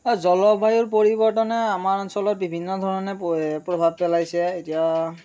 অঁ জলবায়ু পৰিৱৰ্তনে আমাৰ অঞ্চলত বিভিন্ন ধৰণে প্ৰভাৱ পেলাইছে এতিয়া